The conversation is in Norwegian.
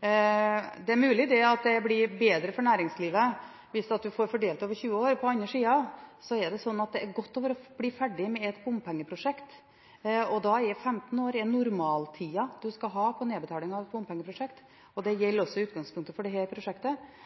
Det er mulig at det blir bedre for næringslivet hvis man får fordelt dette over 20 år. På den andre siden er det godt å bli ferdig med et bompengeprosjekt. 15 år er normaltiden man skal ha på nedbetalingen av et bompengeprosjekt. Det gjelder også i utgangspunktet for dette prosjektet. Men som sagt vil vi når prosjektet åpner, kunne komme tilbake og